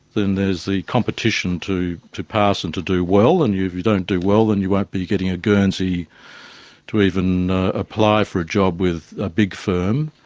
then there's the competition to to pass and to do well, and if you don't do well then you won't be getting a guernsey to even apply for a job with a big firm.